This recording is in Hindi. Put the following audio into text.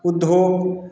उद्योग